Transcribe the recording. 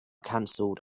cancelled